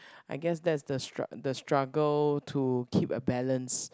I guess that's the stru~ the struggle to keep a balance